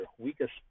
weakest